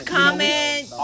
comment